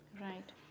Right